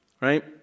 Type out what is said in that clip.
Right